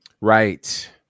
Right